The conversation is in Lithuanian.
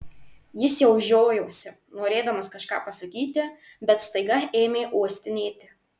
jis jau žiojosi norėdamas kažką pasakyti bet staiga ėmė uostinėti